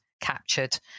captured